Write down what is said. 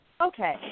okay